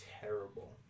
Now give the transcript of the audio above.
terrible